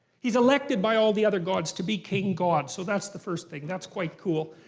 he's elected by all the other gods to be king god, so that's the first thing, that's quite cool.